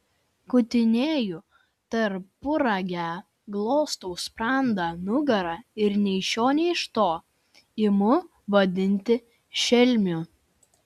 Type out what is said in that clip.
kutinėju tarpuragę glostau sprandą nugarą ir nei iš šio nei iš to imu vadinti šelmiu